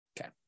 Okay